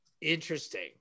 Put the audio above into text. interesting